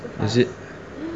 is it